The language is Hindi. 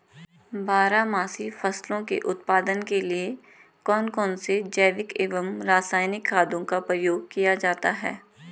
बारहमासी फसलों के उत्पादन के लिए कौन कौन से जैविक एवं रासायनिक खादों का प्रयोग किया जाता है?